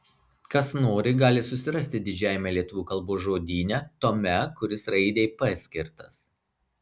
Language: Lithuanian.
kas nori gali susirasti didžiajame lietuvių kalbos žodyne tome kuris raidei p skirtas